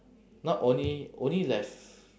now only only left